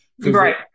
right